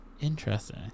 Interesting